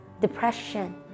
depression